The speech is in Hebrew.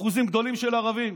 עם אחוזים גדולים של ערבים.